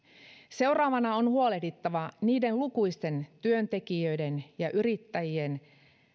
seuraavana on huolehdittava niiden lukuisten työntekijöiden ja yrittäjien